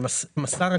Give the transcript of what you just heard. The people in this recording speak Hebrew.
בבקשה.